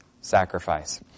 sacrifice